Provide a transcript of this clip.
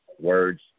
words